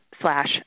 slash